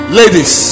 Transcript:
ladies